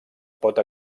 pot